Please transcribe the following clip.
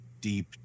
deep